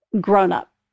grown-up